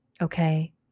Okay